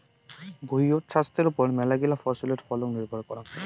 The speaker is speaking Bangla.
ভুঁইয়ত ছাস্থের ওপর মেলাগিলা ফছলের ফলন নির্ভর করাং